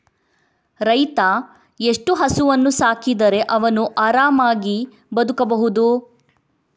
ರೈತ ಎಷ್ಟು ಹಸುವನ್ನು ಸಾಕಿದರೆ ಅವನು ಆರಾಮವಾಗಿ ಬದುಕಬಹುದು?